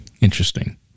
Interesting